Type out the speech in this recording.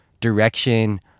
direction